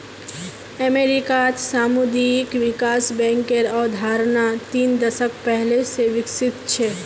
अमेरिकात सामुदायिक विकास बैंकेर अवधारणा तीन दशक पहले स विकसित छ